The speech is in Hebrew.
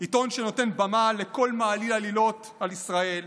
עיתון שנותן במה לכל מעליל עלילות על ישראל,